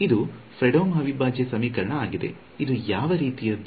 ಇದು ಫ್ರೆಡ್ಹೋಮ್ ಅವಿಭಾಜ್ಯ ಸಮೀಕರಣ ಆಗಿದೆ ಇದು ಯಾವ ರೀತಿಯದು